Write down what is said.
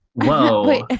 Whoa